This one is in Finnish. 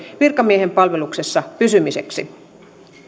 virkamiehen palveluksessa pysymiseksi